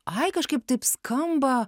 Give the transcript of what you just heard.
ai kažkaip taip skamba